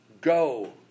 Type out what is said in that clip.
go